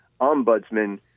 ombudsman